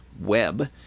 web